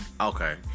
Okay